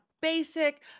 basic